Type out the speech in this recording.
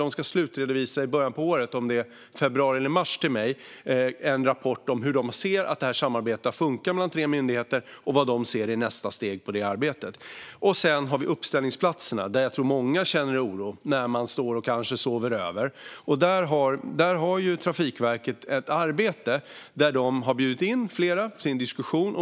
De tre myndigheterna ska i början av året, i februari eller mars, slutredovisa en rapport om hur samarbetet har funkat och vad de ser är nästa steg i det arbetet. Sedan har vi uppställningsplatserna, där jag tror att många som sover över känner oro. Trafikverket har bjudit in flera till en diskussion.